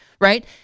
right